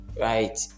Right